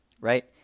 Right